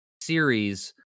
series